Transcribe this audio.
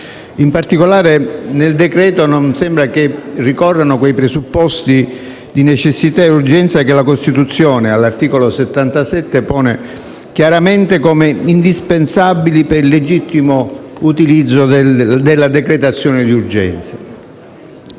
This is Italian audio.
In particolare, nel decreto-legge non sembra che ricorrano quei presupposti di necessità e urgenza che la Costituzione, all'articolo 77, pone chiaramente come indispensabili per il legittimo utilizzo della decretazione d'urgenza.